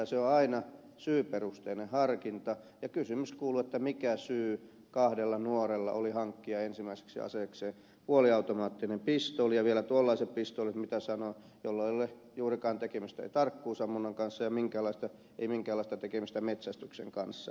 se on aina syyperusteinen harkinta ja kysymys kuuluu mikä syy kahdella nuorella oli hankkia ensimmäiseksi aseekseen puoliautomaattinen pistooli ja vielä tuollaiset pistoolit kuin sanoin joilla ei ole juurikaan tekemistä tarkkuusammunnan kanssa eikä minkäänlaista tekemistä metsästyksen kanssa